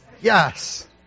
Yes